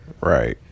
Right